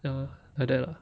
ya like that lah